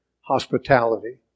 hospitality